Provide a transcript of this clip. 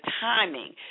timing